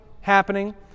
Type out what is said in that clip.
happening